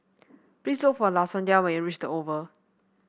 please look for Lasonya when you reach the Oval